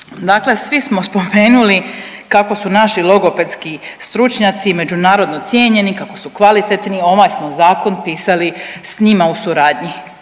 Dakle svi smo spomenuli kako su naši logopedski stručnjaci međunarodno cijenjeni, kako su kvalitetni, ovaj smo zakon pisali s njima u suradnji,